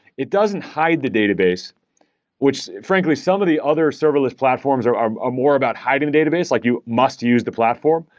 it doesn't hide the database which, frankly, some of the other serverless platforms are are ah more about hiding the database, like you must use the platform.